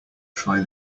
try